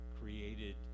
created